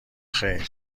خیر